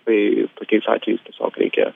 tai tokiais atvejais tiesiog reikia